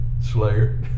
Slayer